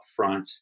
upfront